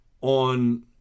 on